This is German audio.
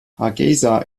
hargeysa